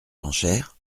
pancher